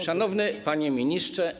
Szanowny Panie Ministrze!